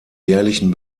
jährlichen